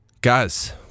Guys